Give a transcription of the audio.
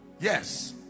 yes